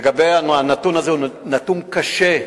לגבי הנתון הזה, הוא נתון קשה,